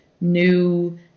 new